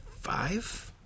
five